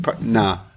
Nah